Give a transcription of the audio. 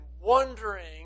wondering